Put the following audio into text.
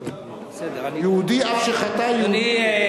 יהודי אף שחטא, יהודי.